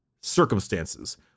circumstances